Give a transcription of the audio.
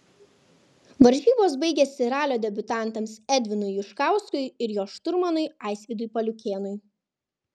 varžybos baigėsi ralio debiutantams edvinui juškauskui ir jo šturmanui aisvydui paliukėnui